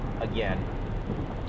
again